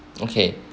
okay